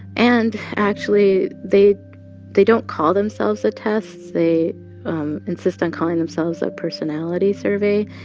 and actually, they they don't call themselves a test. they insist on calling themselves a personality survey.